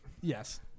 Yes